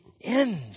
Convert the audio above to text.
end